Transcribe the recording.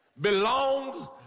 belongs